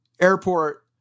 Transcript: airport